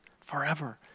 forever